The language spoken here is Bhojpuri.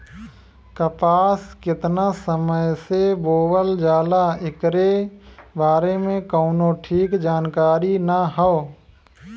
कपास केतना समय से बोअल जाला एकरे बारे में कउनो ठीक जानकारी ना हौ